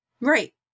Right